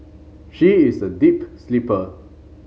she is a deep sleeper